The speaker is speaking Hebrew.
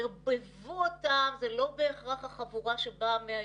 ערבבו אותם, זה לא בהכרח החבורה שבאה מהיסודי.